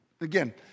again